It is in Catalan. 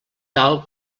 tal